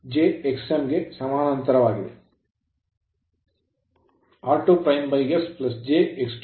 r2s j x2 ಗೆ ಸಮಾನಾಂತರವಾಗಿ j xm